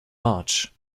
march